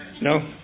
No